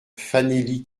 fanélie